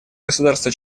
государства